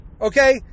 Okay